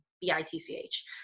B-I-T-C-H